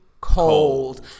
Cold